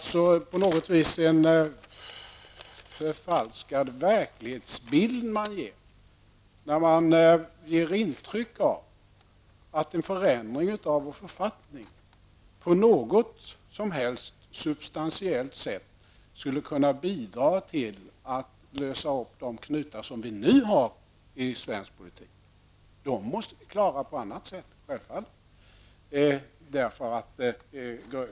Det är på något vis en förfalskad verklighetsbild, när man ger intryck av att en förändring av vår författning på ett substantiellt sätt skulle kunna bidra till att lösa de knutar som nu finns i svensk politik. Dessa måste vi lösa på annat sätt.